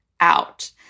out